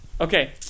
Okay